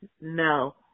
no